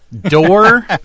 door